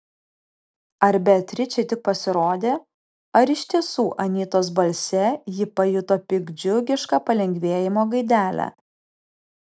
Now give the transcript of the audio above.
ar beatričei tik pasirodė ar iš tiesų anytos balse ji pajuto piktdžiugišką palengvėjimo gaidelę